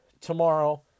tomorrow